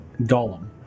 Gollum